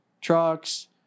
trucks